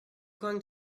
going